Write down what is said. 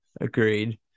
agreed